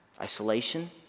isolation